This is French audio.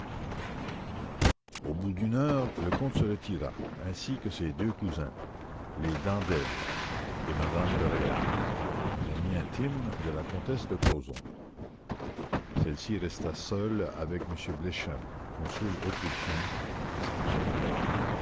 au bout d'une heure le comte se retira ainsi que ses deux cousins les d'andelle et m me de réal une amie intime de la comtesse de crozon celle-ci resta seule avec m bleichen consul autrichien et sa femme